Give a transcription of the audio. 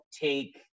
take